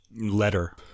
letter